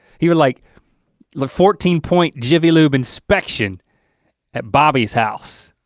he would like look fourteen point jiffy lube inspection at bobby's house.